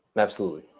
absolutely,